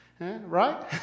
right